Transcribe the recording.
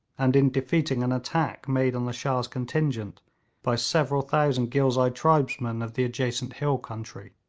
and in defeating an attack made on the shah's contingent by several thousand ghilzai tribesmen of the adjacent hill country.